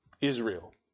Israel